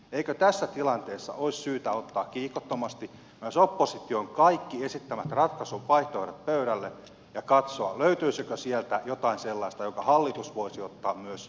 eikö tässä tilanteessa olisi syytä ottaa kiihkottomasti myös opposition kaikki esittämät ratkaisuvaihtoehdot pöydälle ja katsoa löytyisikö sieltä jotain sellaista jonka hallitus voisi myös ottaa nöyrästi käyttöön